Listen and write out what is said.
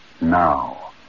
now